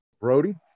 Brody